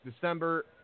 December